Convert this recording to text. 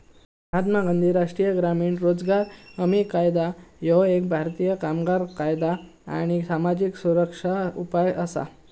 महात्मा गांधी राष्ट्रीय ग्रामीण रोजगार हमी कायदा ह्यो एक भारतीय कामगार कायदा आणि सामाजिक सुरक्षा उपाय असा